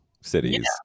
cities